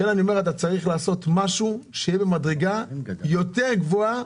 אתה צריך לעשות משהו במדרגה יותר גבוהה